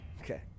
Okay